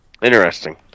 Interesting